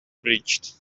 bleached